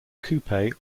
coupe